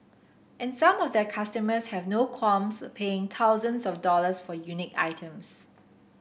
and some of their customers have no qualms paying thousands of dollars for unique items